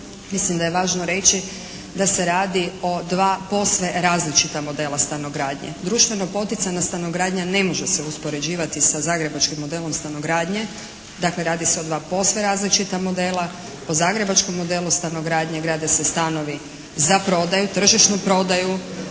Mislim da je važno reći da se radi o dva posve različita modela stanogradnje. Društveno poticajna stanogradnja ne može se uspoređivati sa zagrebačkim modelom stanogradnje. Dakle radi se o dva posve različita modela. Po zagrebačkom modelu stanogradnje grade se stanovi za prodaju, tržišnu prodaju.